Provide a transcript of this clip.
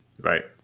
right